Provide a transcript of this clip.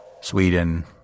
Sweden